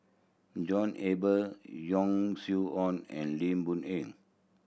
John Eber Yong Su Ong and Lim Boon Eng